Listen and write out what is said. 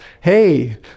Hey